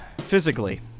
physically